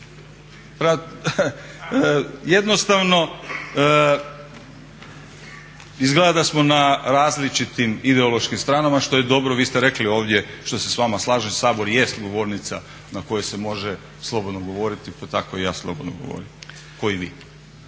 Jednostavno izgleda da smo na različitim ideološkim stranama, što je i dobro, vi ste rekli ovdje, što se s vama slažem, Sabor i jest govornica na kojoj se može slobodno govoriti, pa tako i ja slobodno govorim kao i vi.